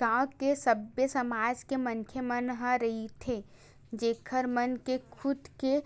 गाँव म सबे समाज के मनखे मन ह रहिथे जेखर मन के खुद के